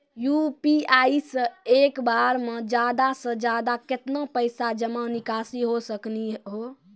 UPI से एक बार मे ज्यादा से ज्यादा केतना पैसा जमा निकासी हो सकनी हो?